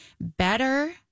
Better